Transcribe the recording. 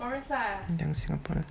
young singaporeans